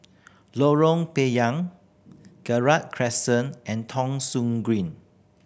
Lorong Payah Gerald Crescent and Thong Soon Green